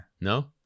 No